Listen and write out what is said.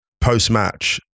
post-match